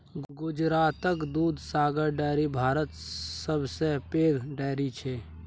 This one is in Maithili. गुजरातक दुधसागर डेयरी भारतक सबसँ पैघ डेयरी छै